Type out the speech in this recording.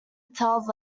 tells